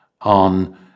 on